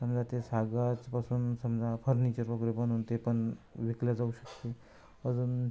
समजा ते सागाचपासून समजा फर्निचर वगैरे बनवून ते पण विकल्या जाऊ शकते अजून